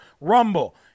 rumble